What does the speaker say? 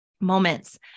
moments